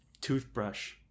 Toothbrush